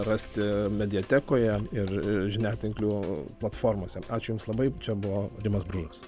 rasti mediatekoje ir žiniatinklių platformose ačiū jums labai čia buvo rimas bružas